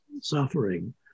suffering